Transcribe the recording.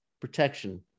protection